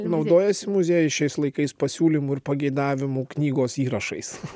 naudojasi muziejai šiais laikais pasiūlymų ir pageidavimų knygos įrašais